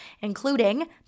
including